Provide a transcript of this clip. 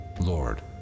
lord